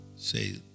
Say